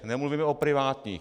Nemluvíme o privátních.